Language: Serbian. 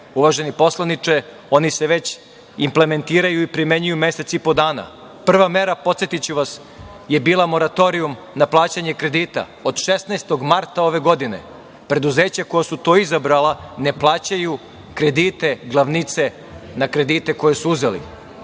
uvaženi poslaniče, oni se već implementiraju i primenjuju mesec i po dana. Prva mera, podsetiću vas je bila moratorijum na plaćanje kredita. Od 16. marta ove godine preduzeća koja su to izabrala ne plaćaju kredite, glavnice na kredite koje su uzeli.